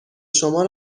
شما